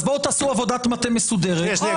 אז בואו תעשו עבודת מטה מסודרת --- שנייה,